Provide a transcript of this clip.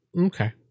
Okay